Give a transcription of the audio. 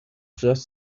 just